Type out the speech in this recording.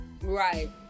Right